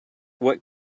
what